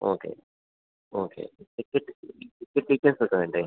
okay okay ticket ടിക്കറ്റ്സൊക്കെ വേണ്ടേ